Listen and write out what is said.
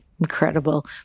Incredible